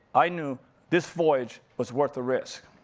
i knew this voyage was worth the risk.